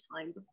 time